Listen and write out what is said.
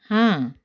हाँ